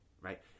right